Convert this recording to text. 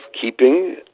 keeping